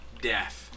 death